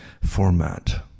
format